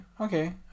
okay